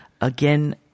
again